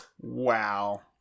Wow